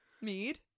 Mead